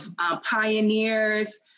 pioneers